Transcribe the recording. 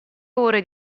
ore